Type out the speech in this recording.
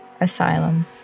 Asylum